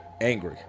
Angry